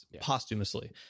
posthumously